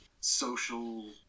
social